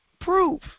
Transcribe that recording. proof